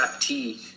Tea